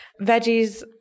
veggies